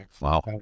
Wow